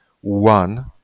one